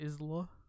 Isla